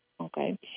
Okay